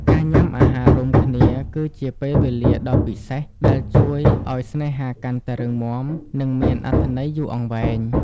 ការញ៉ាំអាហាររួមគ្នាគឺជាពេលវេលាដ៏ពិសេស ដែលជួយឱ្យស្នេហាកាន់តែរឹងមាំ និងមានអត្ថន័យយូរអង្វែង។